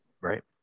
Right